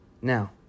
Now